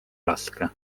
raske